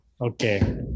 okay